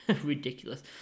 ridiculous